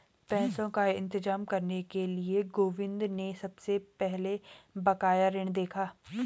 पैसों का इंतजाम करने के लिए गोविंद ने सबसे पहले बकाया ऋण देखा